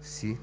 си